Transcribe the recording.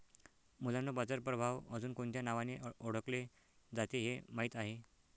मुलांनो बाजार प्रभाव अजुन कोणत्या नावाने ओढकले जाते हे माहित आहे?